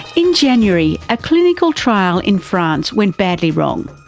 in january a clinical trial in france went badly wrong,